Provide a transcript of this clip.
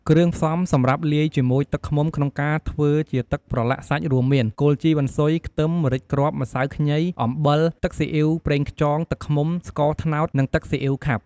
គ្រឿងផ្សំសម្រាប់លាយជាមួយទឹកឃ្មុំក្នុងការធ្វើជាទឹកប្រឡាក់សាច់រួមមាន គល់ជីវ៉ាន់ស៊ុយ ខ្ទឹម ម្រេចគ្រាប់ ម្សៅខ្ញី អំបិល ទឺកស៊ីអ៉ីវ ប្រេងខ្យង ទឹកឃ្មុំ ស្ករត្នោត និងទឹកស៊ីអ៉ីវខាប់។